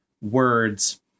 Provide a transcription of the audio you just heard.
words